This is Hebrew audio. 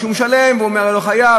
או שהוא משלם והוא אומר: לא חייב,